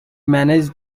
managed